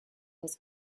was